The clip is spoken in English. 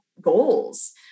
goals